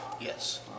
Yes